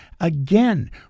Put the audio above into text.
Again